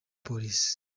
polisi